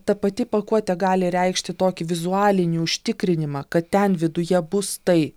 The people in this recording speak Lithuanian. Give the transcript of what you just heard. ta pati pakuotė gali reikšti tokį vizualinį užtikrinimą kad ten viduje bus tai